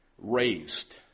raised